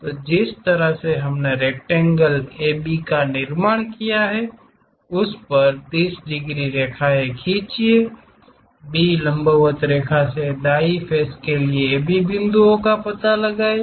तो जिस तरह से हमने रेक्टेंगल AB का निर्माण किया है उस पर 30 डिग्री रेखा खींचिए B लंबवत रेखा से दाएं फ़ेस के लिए AB बिंदुओं का पता लगाएं